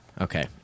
okay